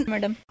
Madam